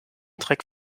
dreck